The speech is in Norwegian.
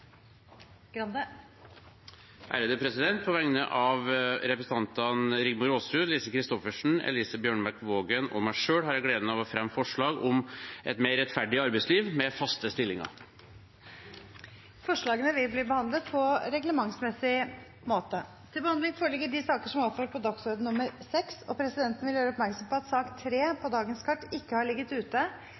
På vegne av representantene Rigmor Aasrud, Lise Christoffersen, Elise Bjørnebekk-Waagen og meg selv har jeg gleden av å fremme forslag om å stramme inn innleieregelverket, fjerne generell adgang til midlertidige ansettelser, tydeliggjøre arbeidsgiveransvaret samt styrke den offentlige arbeidsformidlingen. Forslagene vil bli behandlet på reglementsmessig måte. Presidenten vil gjøre oppmerksom på at sak nr. 3 på dagens kart ikke har ligget ute